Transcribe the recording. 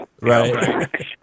Right